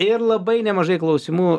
ir labai nemažai klausimų